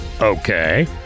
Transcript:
Okay